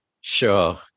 Sure